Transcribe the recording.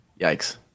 Yikes